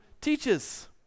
teaches